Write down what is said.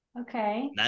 okay